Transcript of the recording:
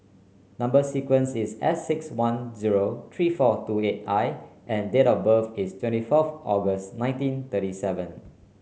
number sequence is S six one zero three four two eight I and date of birth is twenty fourth August nineteen thirty seven